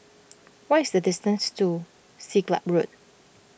what is the distance to Siglap Road